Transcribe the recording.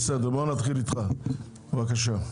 חבר הכנסת דלל, בבקשה.